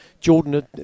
Jordan